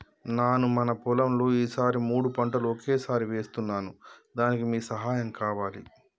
నాను మన పొలంలో ఈ సారి మూడు పంటలు ఒకేసారి వేస్తున్నాను దానికి మీ సహాయం కావాలి